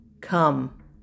Come